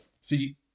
see